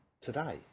today